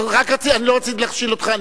אני לא רציתי להכשיל אותך.